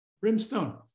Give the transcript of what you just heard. brimstone